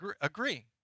agree